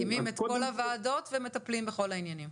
מקימים את כל הוועדות ומטפלים בכל העניינים.